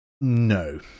No